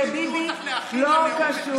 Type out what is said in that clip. וביבי לא קשור.